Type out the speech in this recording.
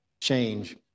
change